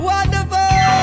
Wonderful